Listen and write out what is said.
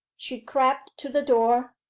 she crept to the door,